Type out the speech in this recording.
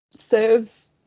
serves